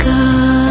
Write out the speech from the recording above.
God